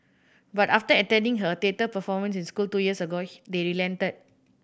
but after attending her theatre performance in school two years ago they relented